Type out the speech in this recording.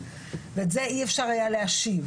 את זה אי אפשר היה להשיב.